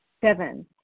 Seven